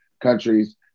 countries